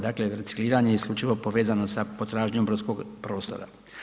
Dakle recikliranje je isključivo povezano sa potražnjom brodskog prostora.